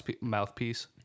mouthpiece